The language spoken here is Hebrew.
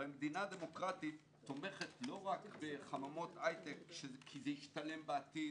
הרי מדינה דמוקרטית תומכת לא רק בחממות הייטק כי זה ישתלם בעתיד,